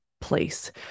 place